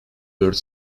dört